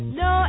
no